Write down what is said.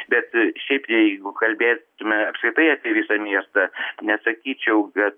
bet šiaip jeigu kalbėtume apskritai apie visą miestą nesakyčiau kad